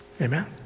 Amen